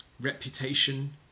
reputation